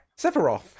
Sephiroth